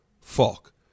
Falk